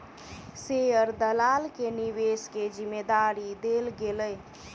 share दलाल के निवेश के जिम्मेदारी देल गेलै